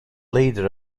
leader